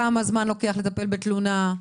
כמה זמן לוקח לטפל בתלונה.